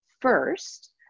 first